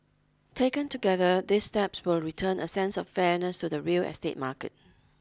taken together these steps will return a sense of fairness to the real estate market